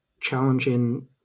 challenging